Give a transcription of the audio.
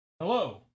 Hello